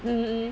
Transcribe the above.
mm mm